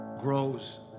grows